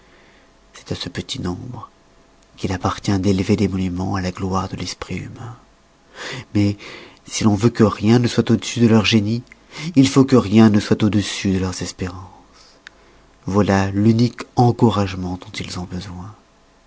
c'est à ce petit nombre qu'il appartient d'élever des monumens à la gloire de l'esprit humain mais si l'on veut que rien ne soit au-dessus de leur génie il faut que rien ne soit au-dessus de leurs espérances voilà l'unique encouragement dont ils ont besoin